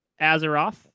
Azeroth